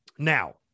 Now